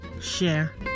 share